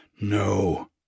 No